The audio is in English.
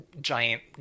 giant